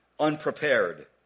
unprepared